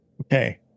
Okay